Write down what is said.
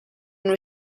uno